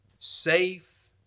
safe